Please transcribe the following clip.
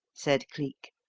said cleek.